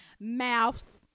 mouths